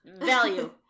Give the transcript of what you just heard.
value